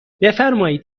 بفرمایید